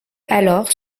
alors